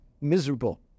miserable